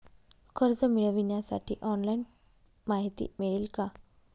कर्ज मिळविण्यासाठी ऑनलाइन माहिती मिळेल का?